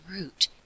ROOT